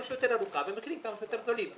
שיותר ארוכה במחירים כמה שיותר זולים.